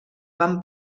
van